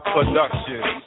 Productions